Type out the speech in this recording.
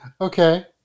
Okay